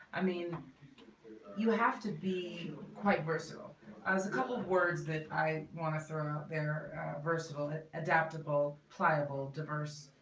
i mean you have to be quite versatile as a couple of words that i want to throw out there versatile adaptable, pliable, diverse,